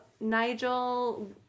Nigel